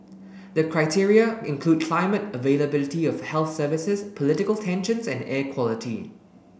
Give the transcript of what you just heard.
the criteria include climate availability of health services political tensions and air quality